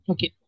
Okay